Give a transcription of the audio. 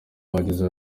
bagize